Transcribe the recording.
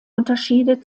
unterschiede